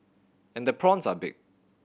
and the prawns are big